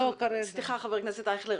חבר הכנסת אייכלר,